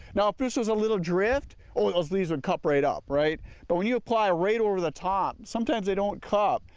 now if this was a little drift, oh those leaves would cup right up but when you apply a rate over the top, sometimes they don't cup.